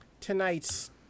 tonight's